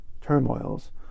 turmoils